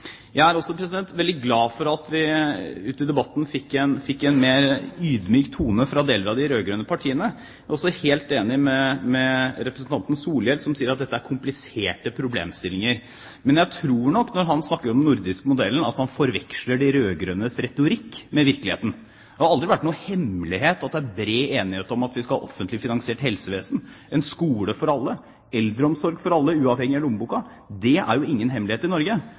mer ydmyk tone fra deler av de rød-grønne partiene. Jeg er også helt enig med representanten Solhjell som sier at dette er kompliserte problemstillinger. Men jeg tror nok, når han snakker om den nordiske modellen, at han forveksler de rød-grønnes retorikk med virkeligheten. Det har aldri vært noen hemmelighet i Norge at det er bred enighet om at vi skal ha et offentlig finansiert helsevesen, en skole for alle, eldreomsorg for alle, uavhengig av lommeboken. Men det er jo ikke slik at den nordiske modellen, som inkluderer borgerlige regjeringer både i